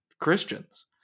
Christians